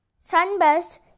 Sunburst